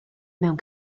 mewn